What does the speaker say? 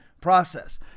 process